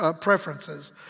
preferences